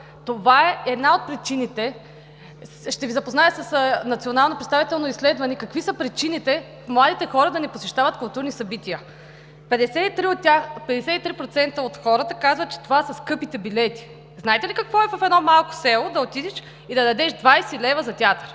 Достъп! Ще Ви запозная с национално представително изследване какви са причините младите хора да не посещават културни събития. 53% от хората казват, че това са скъпите билети. Знаете ли какво е в едно малко село да отидеш и да дадеш 20 лв. за театър?